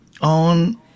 on